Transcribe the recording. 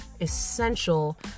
essential